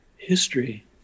History